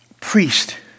priest